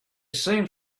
seemed